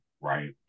Right